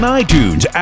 iTunes